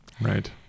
Right